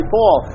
Paul